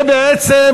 זה בעצם